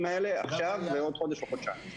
האלה עכשיו או לעוד חודש או לעוד חודשיים.